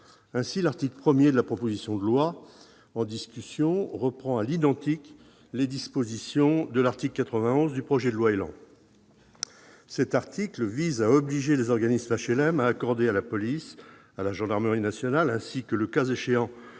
Ainsi, l'article 1 de la proposition de loi reprend à l'identique les dispositions de l'article 91 du projet de loi ÉLAN. Il vise à obliger les organismes HLM à accorder à la police, à la gendarmerie nationale, voire, le cas échéant,